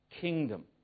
kingdom